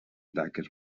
tanques